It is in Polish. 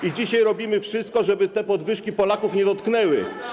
I dzisiaj robimy wszystko, żeby te podwyżki Polaków nie dotknęły.